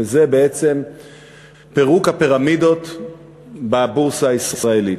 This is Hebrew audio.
וזה בעצם פירוק הפירמידות בבורסה הישראלית.